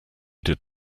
did